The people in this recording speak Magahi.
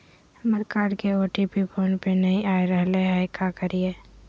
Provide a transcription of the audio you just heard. हमर कार्ड के ओ.टी.पी फोन पे नई आ रहलई हई, का करयई?